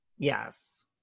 Yes